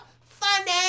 funny